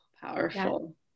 powerful